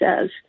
says